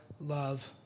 love